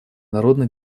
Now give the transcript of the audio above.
народно